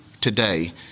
today